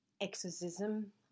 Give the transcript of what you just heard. exorcism